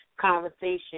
conversation